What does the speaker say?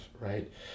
right